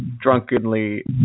drunkenly